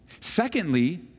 Secondly